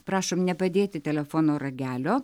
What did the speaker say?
prašom nepadėti telefono ragelio